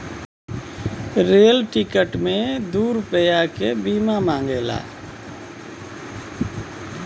rail ticket मे दू रुपैया के बीमा मांगेला